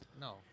No